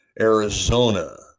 Arizona